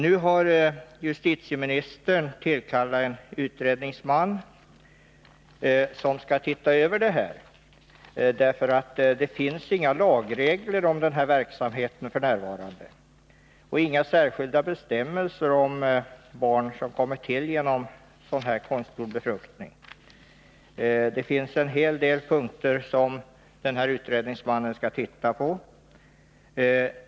Nu har justitieministern tillkallat en utredningsman som skall se över det här, för det finns inga lagregler för verksamheten f. n. och inga särskilda bestämmelser om barn som kommer till genom konstgjord befruktning. Det är en hel del punkter som utredningsmannen skall se på.